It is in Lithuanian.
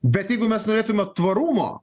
bet jeigu mes norėtume tvarumo